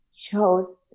chose